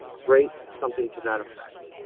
great, something to that effect.